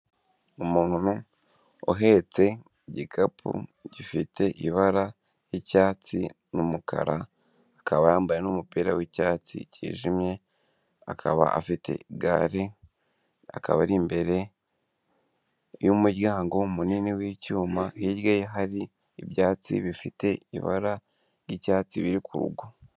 Umuntu uhetse igikapu gifite ibara ry'icyatsi n'umukara, akaba yambaye n'umupira w'icyatsi cyijimye, akaba afite igare, akaba ari imbere y'umuryango munini w'icyuma, hirya ye hari ibyatsi bifite ibara ry'icyatsi biri ku rugo.